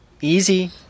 easy